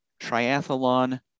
Triathlon